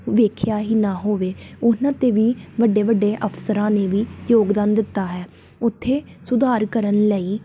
ਵੇਖਿਆ ਹੀ ਨਾ ਹੋਵੇ ਉਹਨਾਂ 'ਤੇ ਵੀ ਵੱਡੇ ਵੱਡੇ ਅਫਸਰਾਂ ਨੇ ਵੀ ਯੋਗਦਾਨ ਦਿੱਤਾ ਹੈ ਉੱਥੇ ਸੁਧਾਰ ਕਰਨ ਲਈ